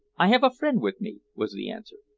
i have a friend with me, was the answer.